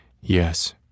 yes